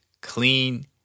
clean